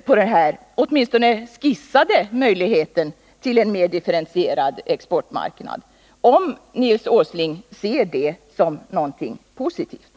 på de här åtminstone skisserade möjligheterna till en mer differentierad exportmarknad och om Nils Åsling ser dessa som någonting positivt.